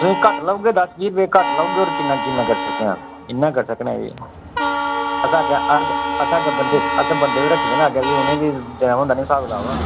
rate घट्ट लाउगे दस्स बीह् रपेऽ घट्ट लाउगे होर कि'न्ना कि'न्ना करी सकने इ'न्ना करी सकने एह् असें अग्गें असें अग्गें बंदे बी रक्खे दे निं अग्गें उ'नेंगी बी देना होंदा निं स्हाब कताब